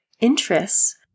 interests